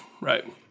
right